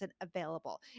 available